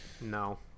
no